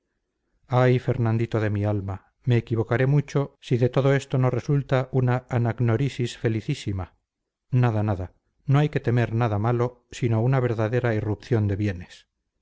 ay fernandito de mi alma me equivocaré mucho si de todo esto no resulta una anagnórisis felicísima nada nada no hay que temer nada malo sino una verdadera irrupción de bienes